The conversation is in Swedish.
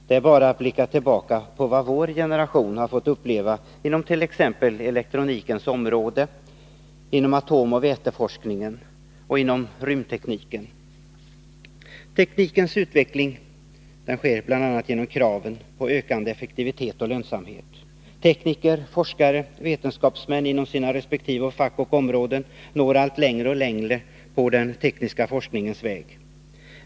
Det är bara att blicka tillbaka på vad vår generation har fått uppleva inom t.ex. elektronikens och datans område, inom atomoch väteforskningen och inom rymdtekniken. Teknikens utveckling sker bl.a. genom kraven på ökande effektivitet och lönsamhet. Tekniker, forskare och vetenskapsmän inom sina resp. fack och områden når allt längre och längre på den tekniska forskningens väg.